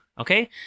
Okay